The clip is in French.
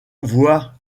voit